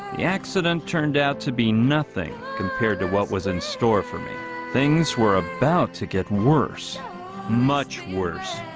yeah accident turned out to be nothing compared to what was in store for me things were about to get worse much worse